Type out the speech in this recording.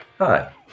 Hi